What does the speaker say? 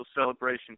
celebration